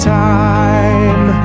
time